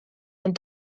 den